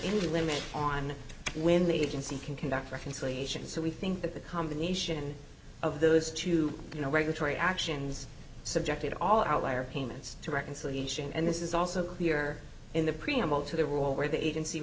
any limits on when the agency can conduct reconciliation so we think that the combination of those two you know regulatory actions subjected all outlier payments to reconciliation and this is also clear in the preamble to the role where the agency